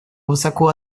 высоко